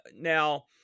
Now